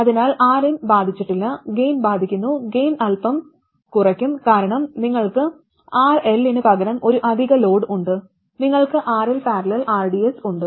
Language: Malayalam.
അതിനാൽ Rin ബാധിച്ചിട്ടില്ല ഗൈൻ ബാധിക്കുന്നു ഗൈൻ അൽപം കുറയ്ക്കും കാരണം നിങ്ങൾക്ക് RL ന് പകരം ഒരു അധിക ലോഡ് ഉണ്ട് നിങ്ങൾക്ക് RL || rds ഉണ്ട്